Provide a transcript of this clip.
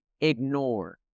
ignore